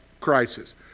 crisis